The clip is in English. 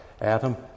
Adam